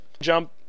Jump